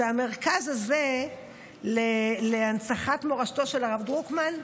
שהמרכז הזה להנצחת מורשתו של הרב דרוקמן,